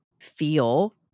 feel